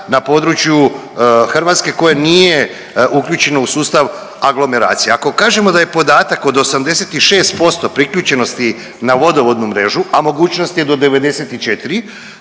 na području Hrvatske koje nije uključeno u sustav aglomeracije. Ako kažemo da je podatak od 86% priključenosti na vodovodnu mrežu, a mogućnost je do 94,